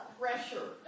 pressure